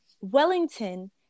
Wellington